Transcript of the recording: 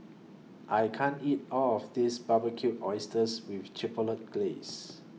I can't eat All of This Barbecued Oysters with Chipotle Glaze